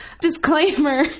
Disclaimer